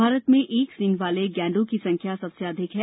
भारत में एक सींग वाले गैंडों की संख्या सबसे अधिक है